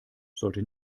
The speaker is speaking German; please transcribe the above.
sollte